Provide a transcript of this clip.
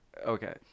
Okay